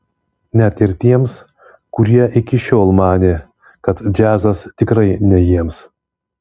net ir tiems kurie iki šiol manė kad džiazas tikrai ne jiems